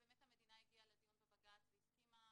ובאמת המדינה הגיעה לדיון בבג"צ והסכימה,